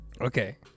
Okay